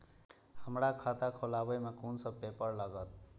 हमरा खाता खोलाबई में कुन सब पेपर लागत?